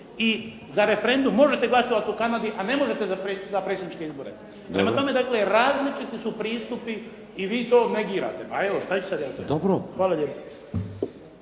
za referendum možete glasovati u Kanadi, a ne možete za predsjedničke izbore. Prema tome, različiti su pristupi i vi to negirate. Hvala lijepo.